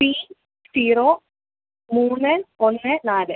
tea zero മൂന്ന് ഒന്ന് നാല്